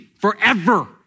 forever